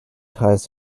ties